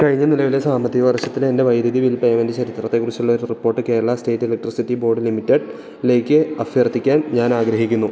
കഴിഞ്ഞ നിലവിലെ സാമ്പത്തിക വർഷത്തിലെ എൻ്റെ വൈദ്യുതി ബിൽ പേയ്മെൻ്റ് ചരിത്രത്തെക്കുറിച്ചുള്ളൊരു report Kerala state electricity board ലിമിറ്റഡിലേക്ക് അഭ്യർത്ഥിക്കാൻ ഞാനാഗ്രഹിക്കുന്നു